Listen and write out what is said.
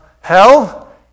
hell